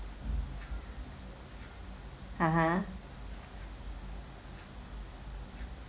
(uh huh)